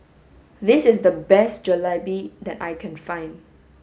this is the best Jalebi that I can find